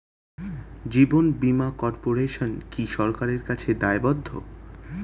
জীবন বীমা কর্পোরেশন কি সরকারের কাছে দায়বদ্ধ?